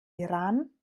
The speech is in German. iran